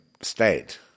state